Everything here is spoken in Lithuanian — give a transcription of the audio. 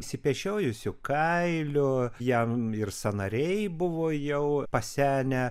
išsipešiojusiu kailiu jam ir sąnariai buvo jau pasenę